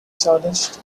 challenged